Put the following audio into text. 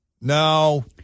No